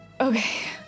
okay